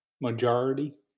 majority